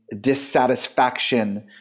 dissatisfaction